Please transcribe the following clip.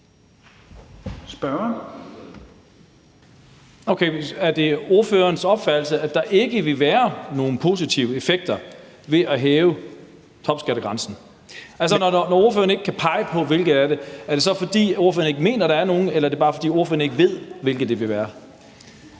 Er det ordførerens opfattelse, at der ikke vil være nogen positive effekter af at hæve topskattegrænsen? Når ordføreren ikke kan pege på, hvilke det er, er det så, fordi ordføreren ikke mener, der er nogen, eller er det bare, fordi ordføreren ikke ved, hvilke det vil være?